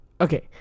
Okay